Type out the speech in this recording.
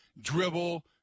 dribble